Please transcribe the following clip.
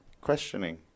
Questioning